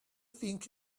think